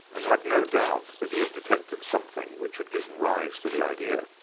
and had no doubt that he had detected something which had given rise to the idea.